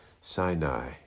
Sinai